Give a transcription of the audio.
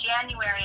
January